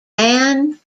ann